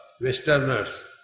westerners